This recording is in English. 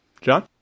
John